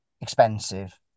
expensive